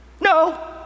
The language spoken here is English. No